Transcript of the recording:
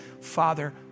Father